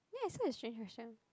ya ya she has a question